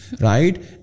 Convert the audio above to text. right